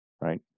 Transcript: right